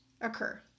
occur